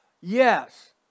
Yes